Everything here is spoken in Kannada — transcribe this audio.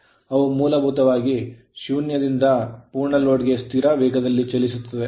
ಅವು ಮೂಲಭೂತವಾಗಿ ಶೂನ್ಯದಿಂದ ಪೂರ್ಣ ಲೋಡ್ ಗೆ ಸ್ಥಿರ ವೇಗದಲ್ಲಿ ಚಲಿಸುತ್ತವೆ